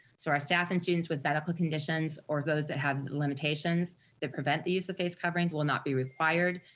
so our staff and students with medical conditions, or those that have limitations that prevent the use of face coverings will not be required,